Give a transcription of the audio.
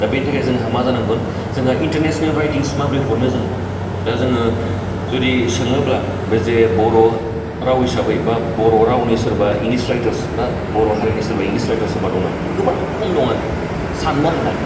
दा बेनि थाखाय जोंहा मा जानांगोन जोंहा इन्टारनेस्नेल रायथिंस् माबोरै हरनो जोङो दा जोङो जुदि सोङोब्ला बे जे बर' राव हिसाबै बा बर' रावनि सोरबा इंलिस रायथार्स बा बर' हारिनि सोरबा इंलिस रायथार्स सोरबा दङ नामा गोबां खम दं आरखि सान्नो हानाय